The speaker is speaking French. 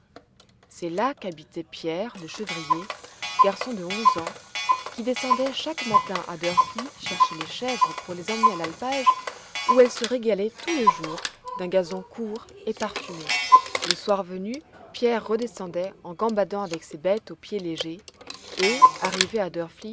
c'est là qu'habitait pierre le chevrier garçon de onze ans qui descendait chaque matin à drfli chercher les chèvres pour les emmener à l'alpage où elles se régalaient tout le jour d'un gazon court et parfumé le soir venu pierre redescendait en gambadant avec ses bêtes au pied léger et arrivé à